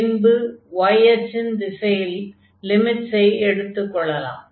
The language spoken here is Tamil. பின்பு y அச்சின் திசையில் லிமிட்ஸை எடுத்துக் கொள்ளலாம்